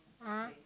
uh